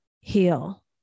heal